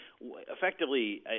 effectively